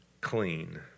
clean